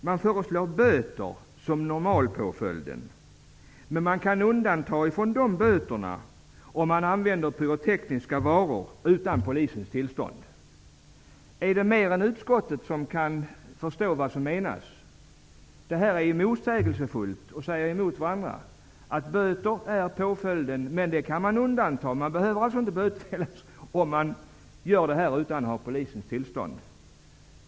Man föreslår böter som normalpåföljd. Undantag från böter kan göras om man använder pyrotekniska varor utan polisens tillstånd. Är det någon mer än utskottet som kan förstå vad som menas? Det är motsägelsefullt. Böter är påföljden, men man behöver inte bli bötfälld om man gör det här utan att ha polisens tillstånd.